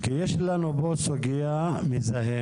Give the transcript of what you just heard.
כי יש לנו פה סוגייה מזהמת,